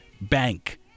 bank